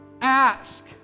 ask